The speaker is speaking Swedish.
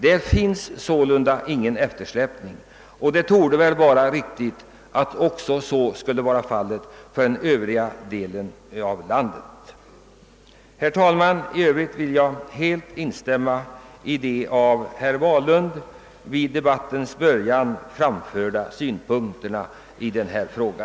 Där finns sålunda ingen eftersläpning, och samma ordning borde gälla för landet i dess helhet. I övrigt vill jag helt instämma i de av herr Wahlund i debattens början framförda synpunkterna i denna fråga.